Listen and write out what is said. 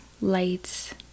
lights